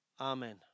Amen